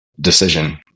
decision